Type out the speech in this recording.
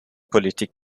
politik